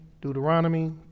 Deuteronomy